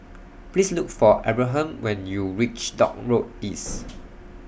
Please Look For Abraham when YOU REACH Dock Road East